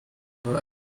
amber